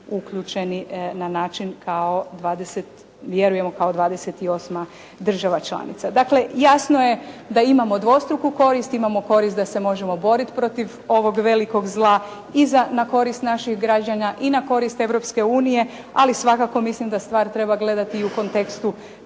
uključeni na način, vjerujemo kao 28. država članica. Dakle, jasno je da imamo dvostruku korist. Imamo korist da se možemo boriti protiv ovog velikog zla i na korist naših građana i na korist Europske unije, ali svakako mislim da stvar treba gledati i u kontekstu